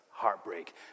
heartbreak